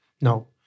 No